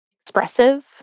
expressive